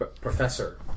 Professor